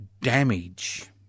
damage